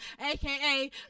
aka